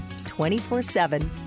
24-7